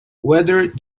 whether